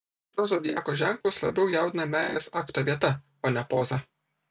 šiuos zodiako ženklus labiau jaudina meilės akto vieta o ne poza